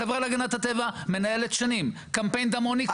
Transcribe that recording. החברה להגנת הטבע מנהלת שנים קמפיין דמוני כוזב.